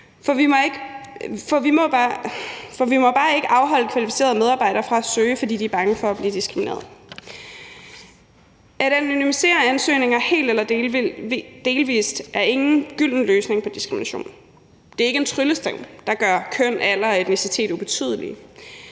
For vi må bare ikke afholde kvalificerede medarbejdere fra at søge, fordi de er bange for at blive diskrimineret. At anonymisere ansøgninger helt eller delvist er ingen gylden løsning på diskrimination. Det er ikke en tryllestav, der gør køn, alder og etnicitet ubetydelige.